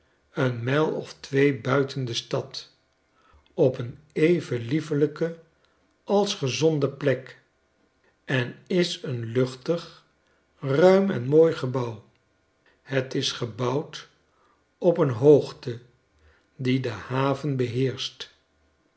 een mijl of twee buiten de stad op een even liefelijke als gezonde plek en is een luchtig ruim en mooigebouw het is gebouwd op een hoogte die de haven beheerscht